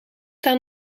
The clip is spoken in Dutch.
daar